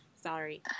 Sorry